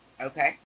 Okay